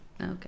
Okay